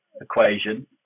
equation